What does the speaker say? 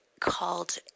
called